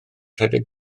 rhedeg